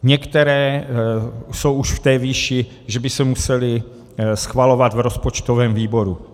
Některé jsou už v té výši, že by se musely schvalovat v rozpočtovém výboru.